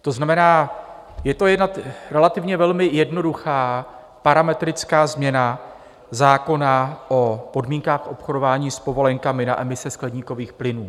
To znamená, je to jednak relativně velmi jednoduchá parametrická změna zákona o podmínkách obchodování s povolenkami na emise skleníkových plynů.